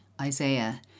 Isaiah